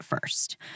first